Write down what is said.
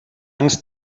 ens